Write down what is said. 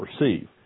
receive